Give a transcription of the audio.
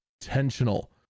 intentional